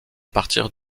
partir